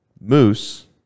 Moose